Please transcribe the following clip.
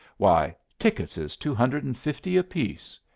why, tickets is two hundred and fifty apiece!